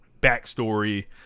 backstory